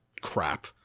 Crap